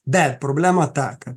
bet problema ta kad